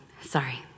sorry